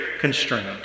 constrained